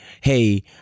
hey